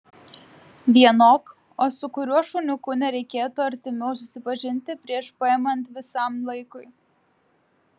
vienok o su kuriuo šuniuku nereikėtų artimiau susipažinti prieš paimant visam laikui